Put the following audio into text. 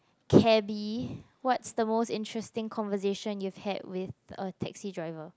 cabby what's the most interesting conversation you have with a taxi driver